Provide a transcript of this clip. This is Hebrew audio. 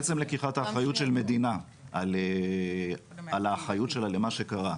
עצם לקיחת האחריות של מדינה על האחריות שלה למה שקרה,